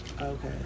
Okay